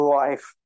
life